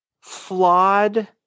flawed